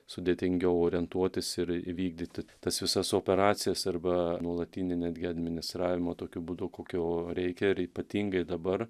sudėtingiau orientuotis ir įvykdyti tas visas operacijas arba nuolatinį netgi administravimo tokiu būdu kokio reikia ir ypatingai dabar